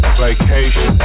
vacation